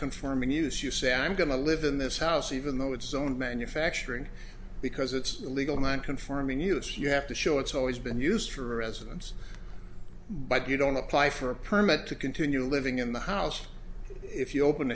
conforming use you say i'm going to live in this house even though it's own manufacturing because it's illegal non conforming use you have to show it's always been used for residence but you don't apply for a permit to continue living in the house if you open